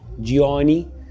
Gianni